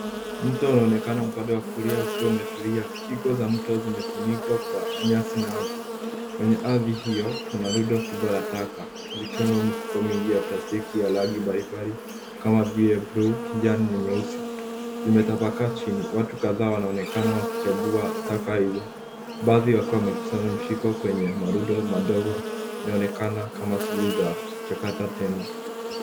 Mto unaonekana upande wa kulia ukiwa umetulia. Kingo za mto zimefunikwa kwa nyasi na ardhi. Kwenye ardhi hiyo kuna rundo kubwa la taka, zikiwemo mifuko mingi ya plastiki ya rangi mbalimbali kama vile bluu, kijani na nyeusi, zimetapakaa chini. Watu kadhaa wanaonekana wakichambua taka hizo. Baadhi wakiwa wamekusanya vishiko kwenye marundo madogo, inaonekana kama si za kuchakata tena.